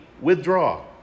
withdraw